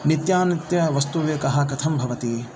नित्यानित्यवस्तुविवेकः कथं भवति